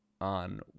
on –